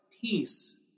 peace